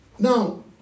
Now